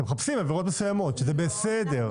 אתם מחפשים עבירות מסוימות וזה בסדר.